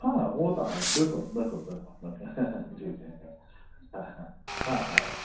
हा उहो त आहे बिल्कुलु बिल्कुलु जी जी हा हा हा हा